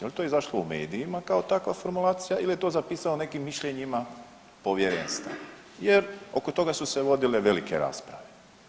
Jel' to izašlo u medijima kao takva formulacija ili je to zapisao nekim mišljenjima povjerenstva, jer oko toga su se vodile velike rasprave.